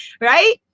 right